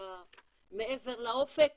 מאחר וזאת גנטיקה,